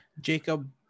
Jacob